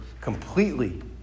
completely